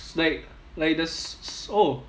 like like the s~ s~ oh